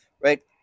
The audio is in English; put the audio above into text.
right